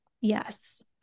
Yes